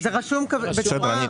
תודה רבה.